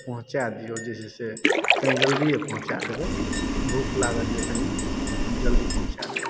पहुँचा दिऔ जे छै से कनि जल्दिए पहुँचा देबै भूख लागल यऽ कनि जल्दी पहुँचा देबय